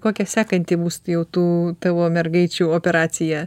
kokia sekanti bus jau tų tavo mergaičių operacija